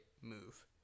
move